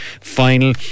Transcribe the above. Final